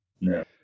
No